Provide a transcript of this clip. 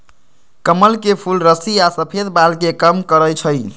कमल के फूल रुस्सी आ सफेद बाल के कम करई छई